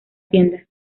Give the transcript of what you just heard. tienda